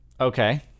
Okay